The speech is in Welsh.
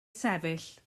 sefyll